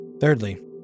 Thirdly